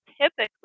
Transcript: typically